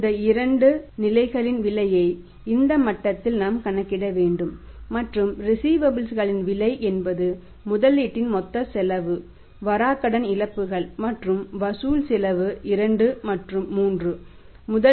இந்த இரண்டு நிலைகளின் விலையை இந்த மட்டத்தில் நாம் கணக்கிட வேண்டும் மற்றும் ரிஸீவபல்ஸ் களின் விலை என்பது முதலீட்டின் மொத்த செலவு வராக்கடன் இழப்புகள் மற்றும் வசூல் செலவு 2 மற்றும் 3